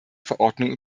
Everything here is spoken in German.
verordnung